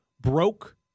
broke